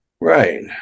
Right